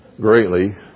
greatly